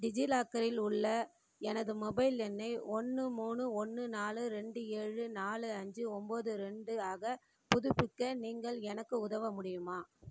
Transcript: டிஜிலாக்கரில் உள்ள எனது மொபைல் எண்ணை ஒன்று மூணு ஒன்று நாலு ரெண்டு ஏழு நாலு அஞ்சு ஒம்பது ரெண்டு ஆக புதுப்பிக்க நீங்கள் எனக்கு உதவ முடியுமா